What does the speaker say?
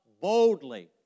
boldly